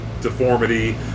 deformity